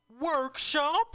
Workshop